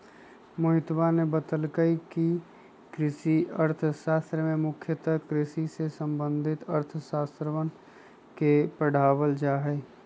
मोहितवा ने बतल कई कि कृषि अर्थशास्त्र में मुख्यतः कृषि से संबंधित अर्थशास्त्रवन के पढ़ावल जाहई